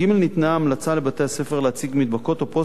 ניתנה המלצה לבתי-הספר להציג מדבקות או פוסטרים